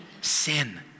sin